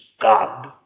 God